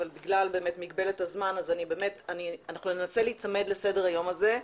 אבל בגלל באמת מגבלת הזמן אנחנו ננסה להיצמד לסדר היום הזה.